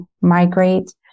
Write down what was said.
migrate